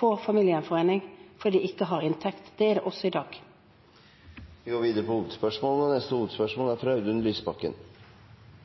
får familiegjenforening, fordi de ikke har inntekt. Det er det også i dag. Vi går videre til neste hovedspørsmål. For få dager siden demonstrerte kjente representanter for Stopp islamiseringen av Norge, Pegida og